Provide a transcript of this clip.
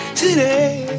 today